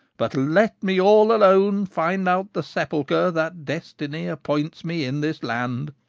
but let me all alone find out the sepulcher that destiny appoints me in this land.